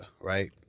right